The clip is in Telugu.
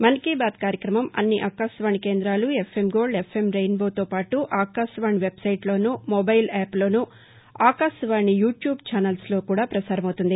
మన్ కీ బాత్ కార్యక్రమం అన్ని ఆకాశవాణి కేందాలు ఎఫ్ఎం గోల్డ్ ఎఫ్ఎం రెయిన్బోతో పాటు ఆకాశవాణి వెబ్సైట్లోనూ మొబైల్ యాప్లోనూ ఆకాశవాణి య్యూటూబ్ ఛానల్స్లోనూ కూడా పసారమపుతుంది